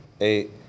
eight